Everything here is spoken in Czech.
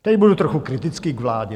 Teď budu trochu kritický k vládě.